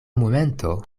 momento